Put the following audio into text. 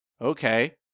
Okay